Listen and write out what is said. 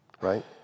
right